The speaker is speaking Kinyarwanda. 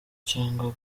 cyangwa